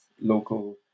local